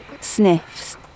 sniffs